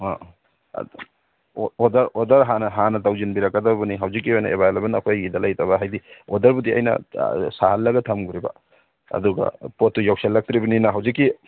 ꯑꯥ ꯑꯥ ꯑꯗꯨ ꯑꯣꯗꯔ ꯍꯥꯟꯅ ꯇꯧꯁꯤꯟꯕꯤꯔꯛꯀꯗꯕꯅꯤ ꯍꯧꯖꯤꯛꯀꯤ ꯑꯣꯏꯅ ꯑꯦꯕꯥꯏꯂꯦꯕꯟ ꯑꯩꯈꯣꯏꯒꯤꯗ ꯂꯩꯇꯕ ꯍꯥꯏꯗꯤ ꯑꯣꯗꯔꯕꯨꯗꯤ ꯑꯩꯅ ꯁꯥꯍꯜꯂꯒ ꯊꯝꯈ꯭ꯔꯤꯕ ꯑꯗꯨꯒ ꯄꯣꯠꯇꯨ ꯌꯧꯁꯤꯜꯂꯛꯇ꯭ꯔꯤꯕꯅꯤꯅ ꯍꯧꯖꯤꯛꯀꯤ